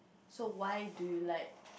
so why do you like